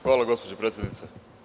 Hvala gospođo predsednice.